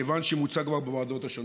כיוון שהוא מוצה כבר בוועדות השונות.